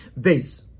Base